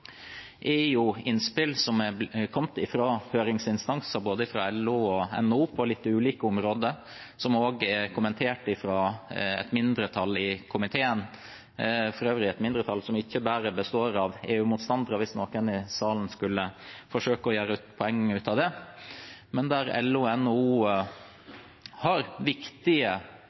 kommet fra høringsinstanser, fra både LO og NHO, på litt ulike områder. De er også kommentert av et mindretall i komiteen – for øvrig et mindretall som ikke bare består av EU-motstandere, hvis noen i salen skulle forsøke å gjøre et poeng av det. LO og NHO har viktige